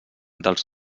dels